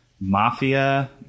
Mafia